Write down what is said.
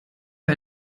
wir